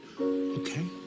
okay